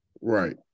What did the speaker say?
Right